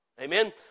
Amen